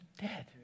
dead